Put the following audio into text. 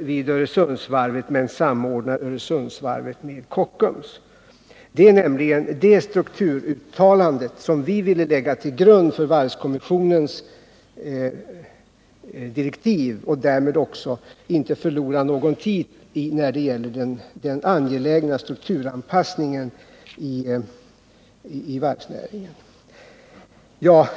vid Öresundsvarvet och samordna detta varv med Kockums. Det är nämligen det strukturuttalande som vi ville lägga till grund för varvskommissionens direktiv för att därmed inte förlora någon tid när det gällde den angelägna anpassningen av varvsnäringen.